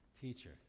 Teacher